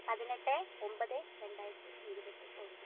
പതിനെട്ട് ഒമ്പത് രണ്ടായിരത്തി ഇരുപത്തി ഒന്ന്